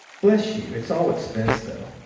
bless you, it's all expense, though.